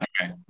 Okay